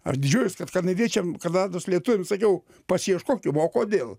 aš didžiuojuos kad kanadiečiam kanados lietuviam sakiau pasiieškokim o kodėl